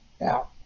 now